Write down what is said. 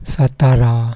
Satara